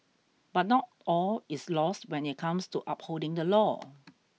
but not all is lost when it comes to upholding the law